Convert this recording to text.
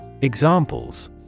Examples